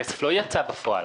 הכסף לא יצא בפועל.